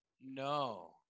No